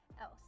else